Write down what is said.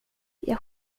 jag